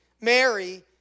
Mary